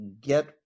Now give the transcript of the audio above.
get